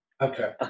Okay